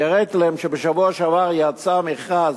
אני הראיתי להם שבשבוע שעבר יצא מכרז,